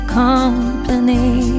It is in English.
company